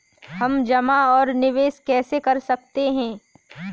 हम जमा और निवेश कैसे कर सकते हैं?